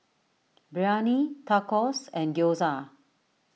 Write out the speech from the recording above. Biryani Tacos and Gyoza